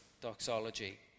doxology